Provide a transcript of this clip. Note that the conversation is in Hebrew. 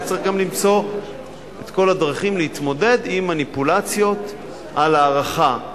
וצריך גם למצוא את כל הדרכים להתמודד עם מניפולציות על הערכה.